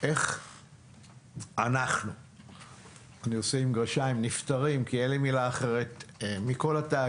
אם אפשר תתייחסי גם לשאלה איך אנחנו "נפטרים" מכל התאגידים,